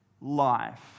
life